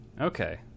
okay